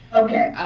okay.